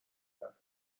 کرد